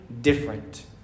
different